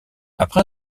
après